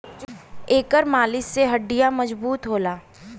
एकर मालिश से हड्डीयों मजबूत होला